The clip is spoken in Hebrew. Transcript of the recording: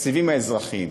לתקציבים האזרחיים,